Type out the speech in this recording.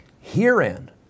herein